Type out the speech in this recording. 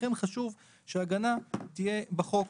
לכן חשוב שההגנה תהיה בחוק.